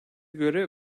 göre